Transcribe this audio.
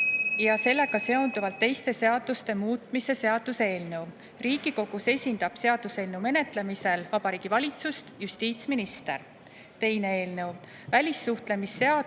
ja sellega seonduvalt teiste seaduste muutmise seaduse eelnõu. Riigikogus esindab seaduseelnõu menetlemisel Vabariigi Valitsust justiitsminister. Teine eelnõu: välissuhtlemisseaduse